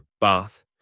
bath